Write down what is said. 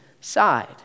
side